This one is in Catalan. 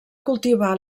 cultivar